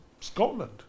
Scotland